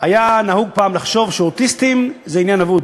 פעם חשבו שאוטיסטים זה עניין אבוד,